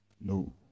No